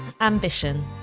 ambition